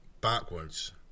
backwards